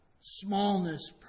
smallness